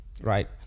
Right